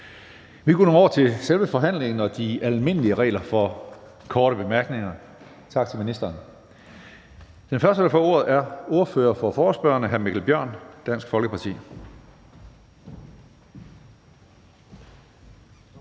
Vi går nu over til selve forhandlingen og de almindelige regler for korte bemærkninger. Den første, der får ordet, er ordføreren for forespørgerne, hr. Mikkel Bjørn, Dansk Folkeparti.